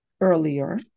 earlier